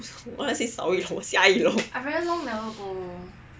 I want to say 少一楼下一楼